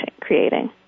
creating